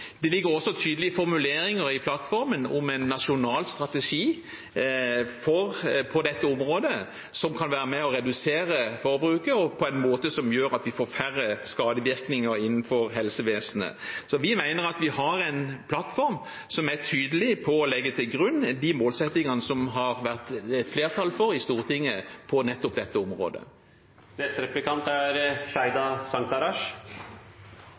Det ligger også tydelige formuleringer i plattformen om en nasjonal strategi på dette området, som kan være med på å redusere forbruket, og på en måte som gjør at vi får færre skadevirkninger innenfor helsevesenet. Så vi mener at vi har en plattform som er tydelig på å legge til grunn de målsettingene som det har vært flertall for i Stortinget på nettopp dette området. De siste dagene har vi fått innblikk i en opptelling som er